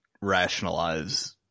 rationalize